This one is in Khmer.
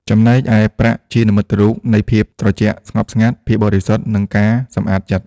ចំណែកឯ ប្រាក់ ជានិមិត្តរូបនៃភាពត្រជាក់ស្ងប់ស្ងាត់ ភាពបរិសុទ្ធ និងការសម្អាតចិត្ត។